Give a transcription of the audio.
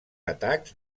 atacs